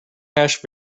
hash